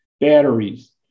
batteries